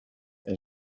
and